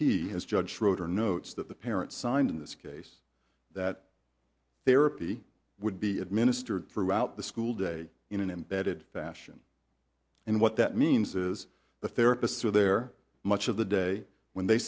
he has judge schroeder notes that the parents signed in this case that they were a p would be administered throughout the school day in an embedded fashion and what that means is the therapists are there much of the day when they